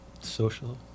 social